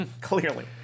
clearly